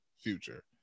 future